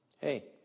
hey